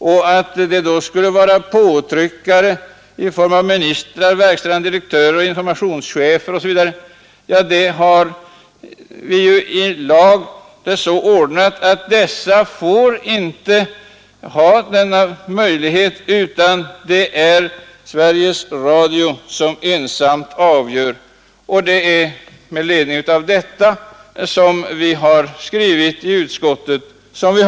Det kan alltså inte påverkas av några påtryckare i form av ministrar, verkställande direktörer, informationschefer osv., utan det är Sveriges Radio som ensamt avgör. Det är med ledning av detta som vi har skrivit utskottsbetänkandet.